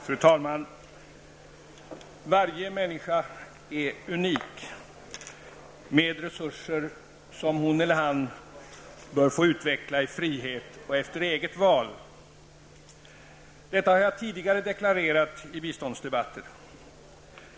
Fru talman! Varje människa är unik, med resurser som hon eller han bör få utveckla i frihet och efter eget val. Detta har jag tidigare deklarerat i biståndsdebatter.